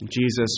Jesus